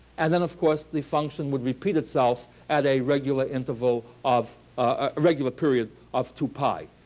and then of course, the function would repeat itself at a regular interval of ah regular period of two pi,